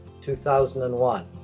2001